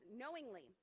knowingly